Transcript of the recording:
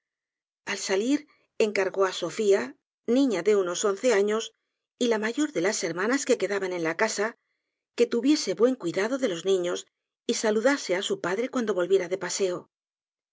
al salir encargó á sofía niña de unos once años y la mayor de las hermanas que quedaban ert la casa que tuviese buen cuidado de los niños y saludase á su padre cuando volviera de paseo